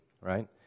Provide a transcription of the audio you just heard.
right